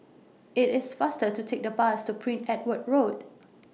IT IS faster to Take The Bus to Prince Edward Road